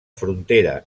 frontera